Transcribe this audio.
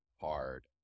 hard